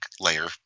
layer